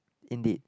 in the